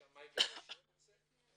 השמאי אישר את זה?